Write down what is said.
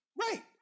Right